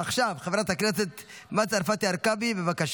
ועכשיו חברת הכנסת מטי צרפתי הרכבי, בבקשה.